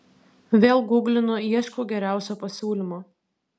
vėl guglinu ieškau geriausio pasiūlymo